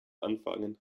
anfangen